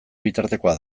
bitartekoa